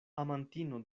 amantino